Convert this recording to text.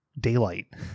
Daylight